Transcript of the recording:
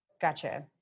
Gotcha